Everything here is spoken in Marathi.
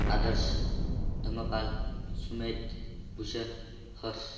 आदर्श धम्मपाल सुमित भूषण हर्ष